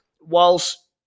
Whilst